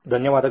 ಧನ್ಯವಾದಗಳು